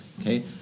okay